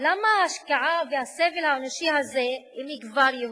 למה ההשקעה והסבל האנושי הזה אם היא כבר יהודית?